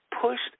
Pushed